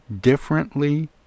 differently